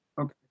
Okay